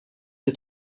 het